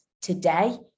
today